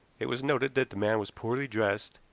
it was noted that the man was poorly dressed,